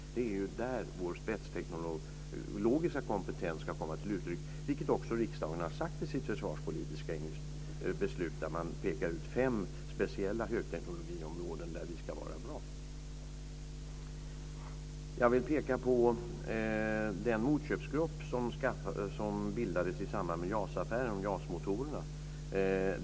Det är ju där vår spetsteknologiska kompetens ska komma till uttryck, vilket riksdagen också har sagt i sitt försvarspolitiska beslut där man pekar ut fem speciella högteknologiområden där vi ska vara bra. Jag vill peka på den motköpsgrupp som bildades i samband med Jas-affären om Jas-motorerna.